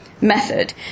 method